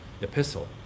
epistle